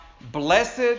Blessed